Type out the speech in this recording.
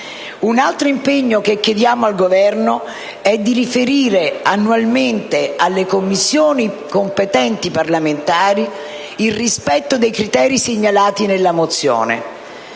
Un altro impegno che chiediamo al Governo è di riferire annualmente alle Commissioni parlamentari competenti in merito al rispetto dei criteri segnalati nella mozione.